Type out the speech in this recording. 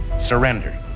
surrender